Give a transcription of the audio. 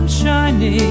shining